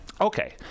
Okay